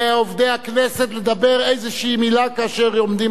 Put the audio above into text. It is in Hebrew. לדבר איזו מלה כאשר עומדים על הבמה ומדברים.